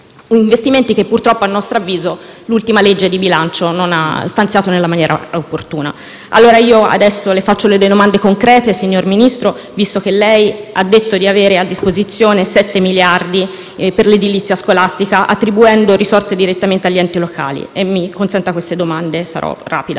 investimenti che purtroppo, a nostro avviso, l'ultima legge di bilancio non ha sostenuto nella maniera opportuna. Le rivolgerò dunque delle domande concrete, signor Ministro, visto che lei ha detto di avere a disposizione 7 miliardi per l'edilizia scolastica, attribuendo risorse direttamente agli enti locali. Sarò rapida.